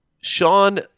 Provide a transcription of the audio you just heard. Sean